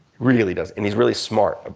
really doesn't and he's really smart.